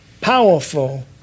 powerful